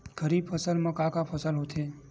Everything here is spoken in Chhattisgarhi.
खरीफ फसल मा का का फसल होथे?